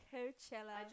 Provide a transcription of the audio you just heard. Coachella